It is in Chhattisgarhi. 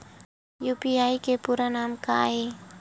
यू.पी.आई के पूरा नाम का ये?